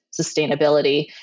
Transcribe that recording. sustainability